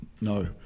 No